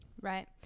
Right